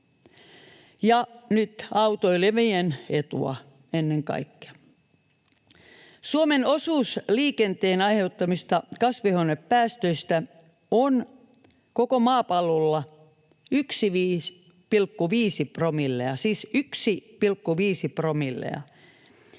nyt autoilevien etua, ennen kaikkea. Suomen osuus liikenteen aiheuttamista kasvihuonepäästöistä on koko maapallolla 1,5 promillea,